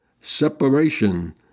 Separation